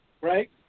right